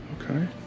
Okay